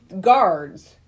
guards